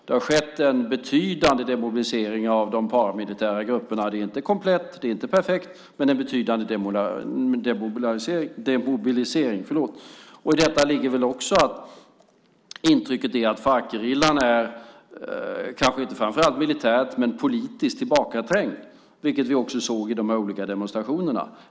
Det har skett en betydande demobilisering av de paramilitära grupperna. Det är inte komplett. Det är inte perfekt. Men det har skett en betydande demobilisering. I detta ligger väl också att intrycket är att Farcgerillan är, kanske inte framför allt militärt men politiskt, tillbakaträngd. Det såg vi också i de här olika demonstrationerna.